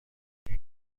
saya